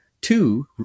Two